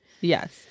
Yes